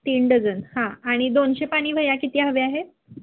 तीन डझन हां आणि दोनशे पानी वह्या किती हव्या आहेत